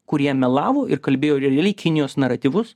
kurie melavo ir kalbėjo realiai kinijos naratyvus